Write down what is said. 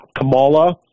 Kamala